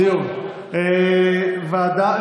דיון בוועדה.